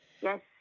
Yes